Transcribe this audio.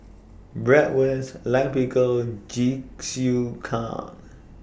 Bratwurst Lime Pickle Jingisukan